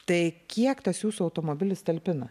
tai kiek tas jūsų automobilis talpina